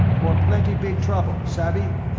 or plenty big trouble, savvy?